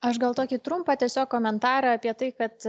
aš gal tokį trumpą tiesiog komentarą apie tai kad